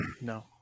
No